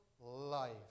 life